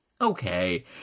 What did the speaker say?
Okay